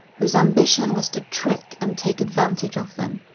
whose ambition was to trick and take advantage of them.